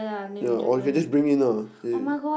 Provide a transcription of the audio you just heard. yea or you can just bring in lah yeah